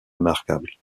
remarquables